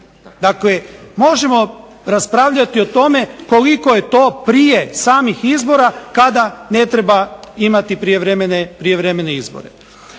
Dakle možemo raspravljati o tome koliko je to prije samih izbora kada ne treba imati prijevremene izbore.